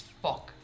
fuck